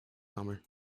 summer